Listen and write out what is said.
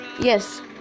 yes